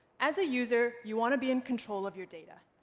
as a user, you want to be in control of your data.